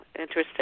interesting